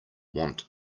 want